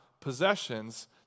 possessions